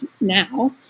now